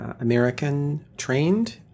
American-trained